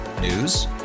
News